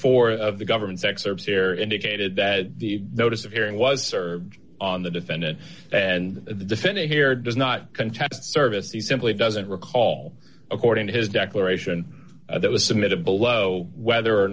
four of the government's excerpts here indicated that the notice of hearing was served on the defendant and the defendant here does not contest service he simply doesn't recall according to his declaration that was submitted below whether or